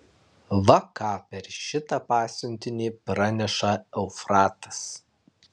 va ką per šitą pasiuntinį praneša eufratas